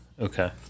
okay